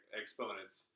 exponents